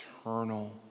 eternal